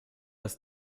ist